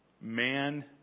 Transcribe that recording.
Man